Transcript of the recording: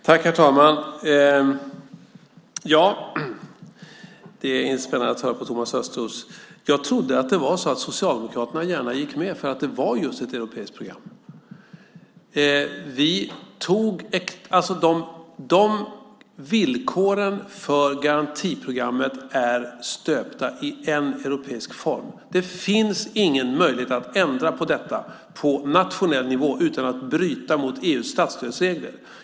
Herr talman! Det är spännande att höra på Thomas Östros. Jag trodde att Socialdemokraterna gärna gick med just för att det var ett europeiskt program. Villkoren för garantiprogrammet är stöpta i en europeisk form. Det finns ingen möjlighet att ändra på det på nationell nivå utan att bryta mot EU:s statsstödsregler.